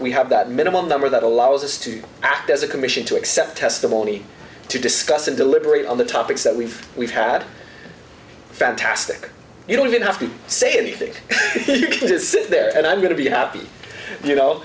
we have that minimum number that allows us to act as a commission to accept testimony to discuss and deliberate on the topics that we've we've had fantastic you don't even have to say anything you can just sit there and i'm going to be happy you know